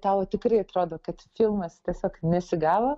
tau tikrai atrodo kad filmas tiesiog nesigavo